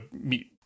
meet